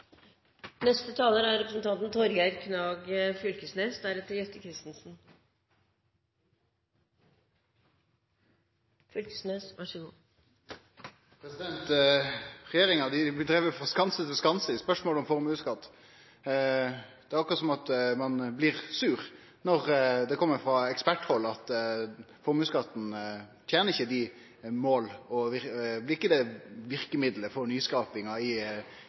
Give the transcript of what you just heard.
Regjeringa blir driven frå skanse til skanse i spørsmålet om formuesskatt. Det er akkurat som om ein blir sur når det kjem frå eksperthald at formuesskatten ikkje tener dei måla og ikkje blir det verkemidlet for nyskaping i